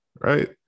right